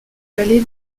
vallées